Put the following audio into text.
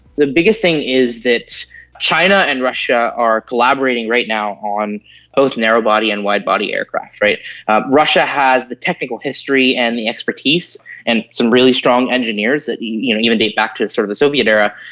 the biggest thing is that china and russia are collaborating right now on both narrow-body and wide-body aircraft. ah russia has the technical history and the expertise and some really strong engineers that you know even date back to the sort of soviet era,